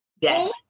Yes